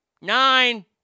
Nine